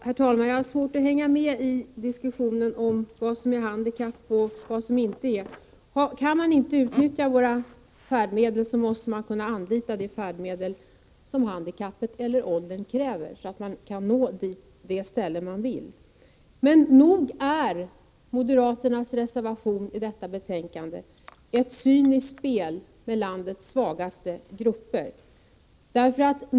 Herr talman! Jag har svårt att hänga med i diskussionen om vad som är handikapp och vad som inte är det. Kan man inte utnyttja våra färdmedel måste man kunna anlita de färdmedel som handikappet eller åldern kräver, så att man kan nå till det ställe man vill. Moderaternas reservation i detta betänkande är ett cyniskt spel med landets svagaste grupper.